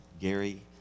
gary